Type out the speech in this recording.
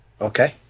Okay